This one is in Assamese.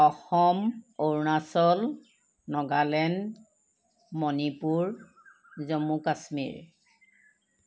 অসম অৰুণাচল নাগালেণ্ড মণিপুৰ জম্মু কাশ্মীৰ